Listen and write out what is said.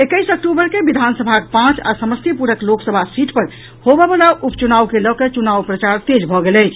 एकैस अक्टूबर के विधानसभाक पांच आ समस्तीपुरक लोकसभा सीट पर होबयबला उपचुनाव के लऽकऽ चुनाव प्रचार तेज भऽ गेल अछि